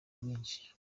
bwinshi